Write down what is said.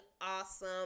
Awesome